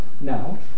now